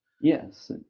yes